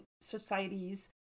societies